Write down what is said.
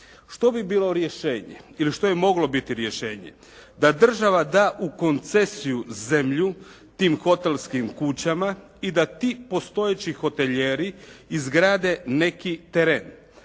Što bi bilo rješenje ili što bi moglo biti rješenje? Da država da u koncesiju zemlju tim hotelskim kućama i da ti postojeći hotelijeri izgrade neki teren.